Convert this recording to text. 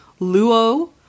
Luo